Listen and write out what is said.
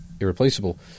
irreplaceable